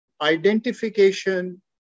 identification